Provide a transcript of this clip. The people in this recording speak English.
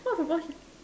what proportion